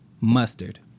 Mustard